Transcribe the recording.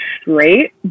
straight